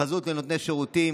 התחזות לנותני שירותים,